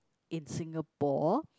in Singapore